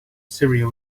syria